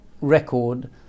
record